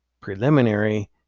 preliminary